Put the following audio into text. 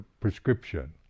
prescription